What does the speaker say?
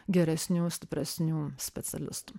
geresnių stipresnių specialistų